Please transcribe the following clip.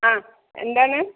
ആ എന്താണ്